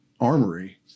armory